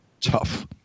tough